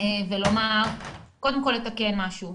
וקודם כל לתקן משהו.